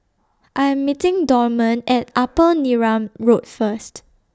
I Am meeting Dorman At Upper Neram Road First